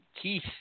Keith